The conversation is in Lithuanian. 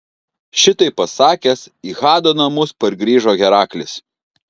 šitai pasakęs į hado namus pargrįžo heraklis